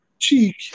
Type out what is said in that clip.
cheek